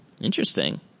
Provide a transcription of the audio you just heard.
Interesting